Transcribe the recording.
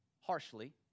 harshly